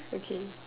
okay